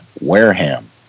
Wareham